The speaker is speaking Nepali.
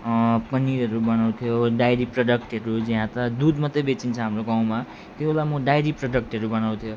पनिरहरू बनाउँथ्यो डाइरी प्रडक्टहरू अझ यहाँ त दुध मात्रै बेचिन्छ हाम्रो गाउँमा त्यसलाई म डाइरी प्रडक्टहरू बनाउँथ्यो